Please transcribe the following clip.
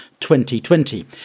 2020